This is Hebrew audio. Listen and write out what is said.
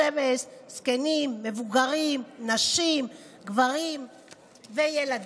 בשמש, זקנים, מבוגרים, נשים, גברים וילדים.